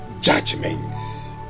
judgments